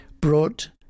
brought